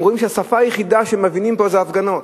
הם רואים שהשפה היחידה שמבינים פה היא הפגנות,